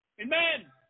Amen